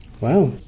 Wow